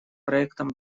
проектом